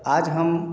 आज हम